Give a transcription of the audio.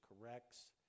corrects